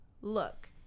look